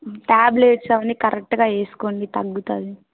tablets అవన్నీ కరెక్ట్గా వేసుకోండి తగ్గుతుంది